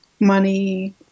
money